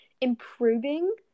improving